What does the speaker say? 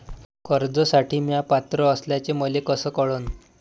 कर्जसाठी म्या पात्र असल्याचे मले कस कळन?